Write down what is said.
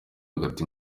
agata